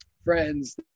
friends